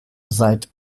seit